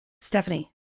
Stephanie